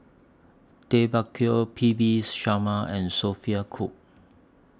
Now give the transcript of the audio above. Tay Bak Koi P V Sharma and Sophia Cooke